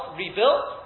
rebuilt